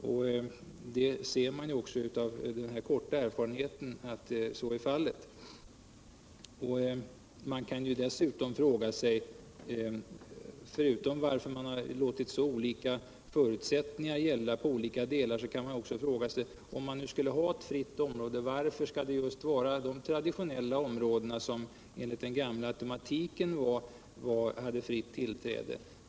Detta framgår redan nu av den korta erfarenhet vi har. | 107 Om nu olika förutsättningar skall gälla för olika delar kan man fråga sig varför just det område som enligt den gamla automatiken innebar ett fritt tillträde skall bevaras.